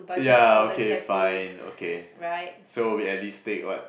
ya okay fine okay so we at least take what